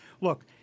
Look